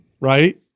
right